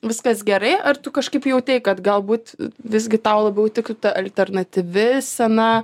viskas gerai ar tu kažkaip jautei kad galbūt visgi tau labiau tiktų ta alternatyvi scena